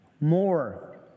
more